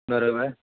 बरोबर